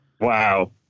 Wow